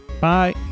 Bye